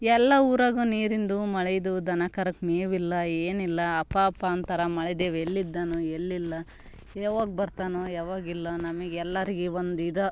ಎಲ್ಲ ಊರಾಗೂ ನೀರಿಂದು ಮಳೆದು ದನ ಕರುಗೆ ಮೇವಿಲ್ಲ ಏನಿಲ್ಲ ಹಪ ಹಪಿ ಅಂತಾರೆ ಮಳೆ ದೇವ ಎಲ್ಲಿದ್ದಾನೋ ಎಲ್ಲಿಲ್ಲ ಯಾವಾಗ ಬರ್ತಾನೋ ಯಾವಾಗಿಲ್ಲ ನಮಗೆ ಎಲ್ಲರಿಗೆ ಒಂದು ಇದು